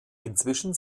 inzwischen